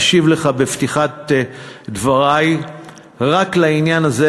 אשיב לך בפתיחת דברי רק על העניין הזה,